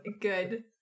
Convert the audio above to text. Good